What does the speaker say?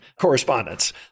correspondence